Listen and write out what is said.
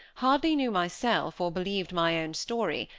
hardly knew myself or believed my own story,